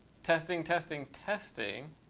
testing, testing. testing.